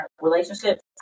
relationships